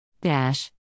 Dash